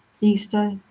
Easter